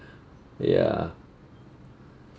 ya